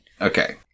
Okay